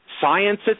science